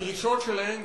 הדרישות שלהם,